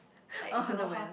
oh no manner